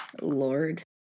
Lord